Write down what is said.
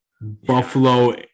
Buffalo